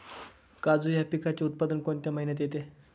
काजू या पिकाचे उत्पादन कोणत्या महिन्यात येते?